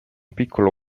piccolo